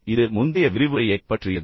இப்போது இது முந்தைய விரிவுரையைப் பற்றியது